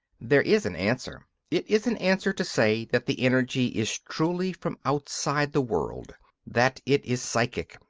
there is an answer it is an answer to say that the energy is truly from outside the world that it is psychic,